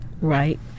right